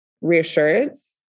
reassurance